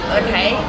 okay